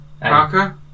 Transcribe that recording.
Parker